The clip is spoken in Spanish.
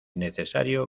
necesario